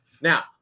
Now